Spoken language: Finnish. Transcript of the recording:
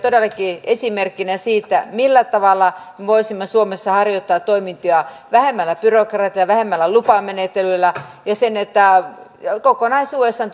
todellakin esimerkkinä siitä millä tavalla me voisimme suomessa harjoittaa toimintoja vähemmällä byrokratialla vähemmällä lupamenettelyllä ja niin että kokonaisuudessaan